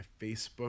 Facebook